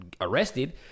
arrested